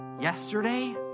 yesterday